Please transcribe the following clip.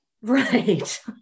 Right